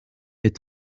est